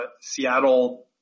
Seattle